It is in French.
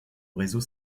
réseau